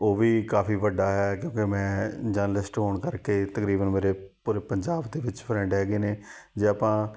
ਉਹ ਵੀ ਕਾਫੀ ਵੱਡਾ ਹੈ ਕਿਉਂਕਿ ਮੈਂ ਜਰਨਲਿਸਟ ਹੋਣ ਕਰਕੇ ਤਕਰੀਬਨ ਮੇਰੇ ਪੰਜਾਬ ਦੇ ਵਿੱਚ ਫਰੈਂਡ ਹੈਗੇ ਨੇ ਜੇ ਆਪਾਂ